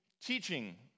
teaching